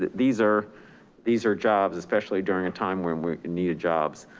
these are these are jobs, especially during a time when we needed jobs.